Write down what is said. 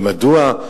ומדוע?